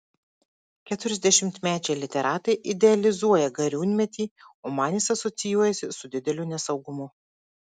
keturiasdešimtmečiai literatai idealizuoja gariūnmetį o man jis asocijuojasi su dideliu nesaugumu